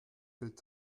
gilt